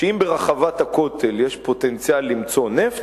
שאם ברחבת הכותל יש פוטנציאל למצוא נפט,